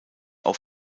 auf